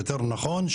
יותר נכון,